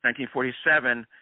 1947